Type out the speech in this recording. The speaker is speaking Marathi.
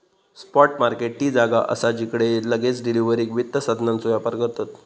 स्पॉट मार्केट ती जागा असा जिकडे लगेच डिलीवरीक वित्त साधनांचो व्यापार करतत